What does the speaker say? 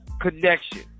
Connection